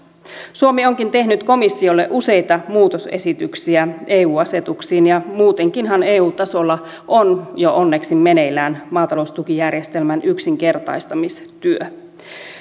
suomi onkin tehnyt komissiolle useita muutosesityksiä eu asetuksiin ja muutenkinhan eu tasolla on jo onneksi meneillään maataloustukijärjestelmän yksinkertaistamistyö